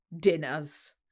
dinners